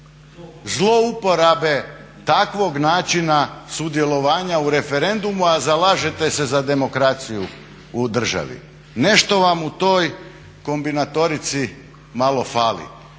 zlouporabe takvog načina sudjelovanja u referendumu, a zalažete se za demokraciju u državi. Nešto vam u toj kombinatorici malo fali.